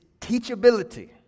teachability